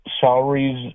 salaries